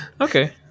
Okay